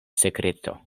sekreto